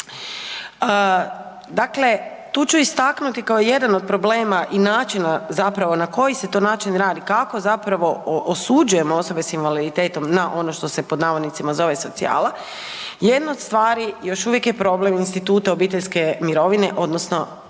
Dakle, tu ću istaknuti kao jedan od problema i načina zapravo na koji se to način radi, kako osuđujemo osobe s invaliditetom na ono što se zove „socijala“ jednu od stvari još uvijek je problem instituta obiteljske mirovine odnosno